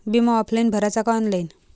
बिमा ऑफलाईन भराचा का ऑनलाईन?